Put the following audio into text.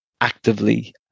actively